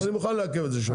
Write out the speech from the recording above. אני מוכן לעכב את זה שבוע.